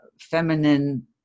feminine